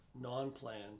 non-plan